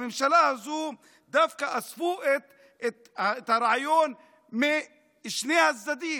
בממשלה הזו דווקא אספו את הרעיון משני הצדדים.